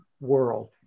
world